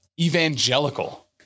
evangelical